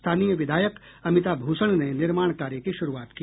स्थानीय विधायक अमिता भूषण ने निर्माण कार्य की शुरूआत की